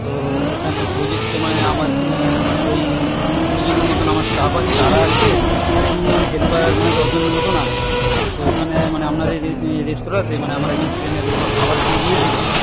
তো এখানে প্রজেক্টে মানে আমার মানে ওই ধরুন কুড়ি জনের মতো আমার স্টাফ আছে তারা আসবে আর এমনি অনেক হেল্পার মানে দশ জনের মতন আসবে তো এখানে মানে আপনার এই রেস্তোরাঁতে মানে আমার একজন ফ্রেন্ড খাবার খেয়ে গিয়েছিলো